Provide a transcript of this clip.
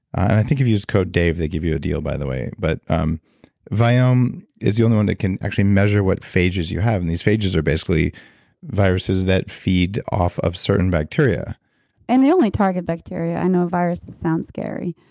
i think if you use code dave they give you a deal by the way. but, um viome is the only one that can actually measure what phages you have, and these phages are basically viruses that feed off of certain bacteria and they only target bacteria. i know viruses sounds scary.